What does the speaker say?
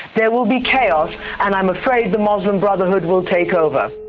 there will be chaos and i'm afraid the muslim brotherhood will take over.